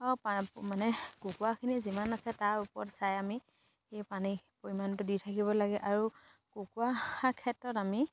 ক মানে কুকুখিনি যিমান আছে তাৰ ওপৰত চাই আমি সেই পানীৰ পৰিমাণটো দি থাকিব লাগে আৰু কুকৰাৰ ক্ষেত্ৰত আমি